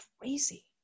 crazy